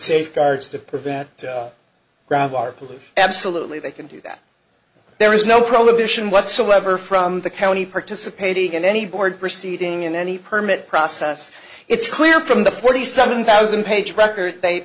safeguards to prevent groundwater pollution absolutely they can do that there is no prohibition whatsoever from the county participating in any board proceeding in any permit process it's clear from the forty seven thousand pages record they